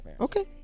Okay